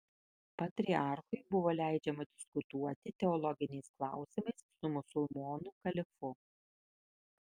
patriarchui buvo leidžiama diskutuoti teologiniais klausimais su musulmonų kalifu